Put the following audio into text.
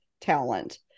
talent